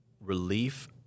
relief